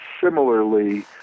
similarly